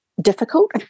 difficult